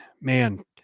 man